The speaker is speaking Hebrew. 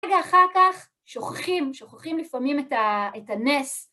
רגע אחר כך שוכחים, שוכחים לפעמים את ה... את הנס.